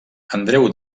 andreu